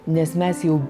nes mes jau